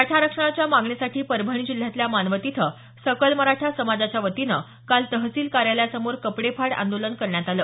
मराठा आरक्षणाच्या मागणीसाठी परभणी जिल्ह्यातल्या मानवत इथं सकल मराठा समाजाच्या वतीनं काल तहसील कार्यालयासमोर कपडेफाड आंदोलन करण्यात आलं